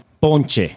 Ponche